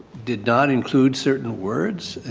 did not include certain words?